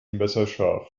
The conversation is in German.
messerscharf